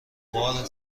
بار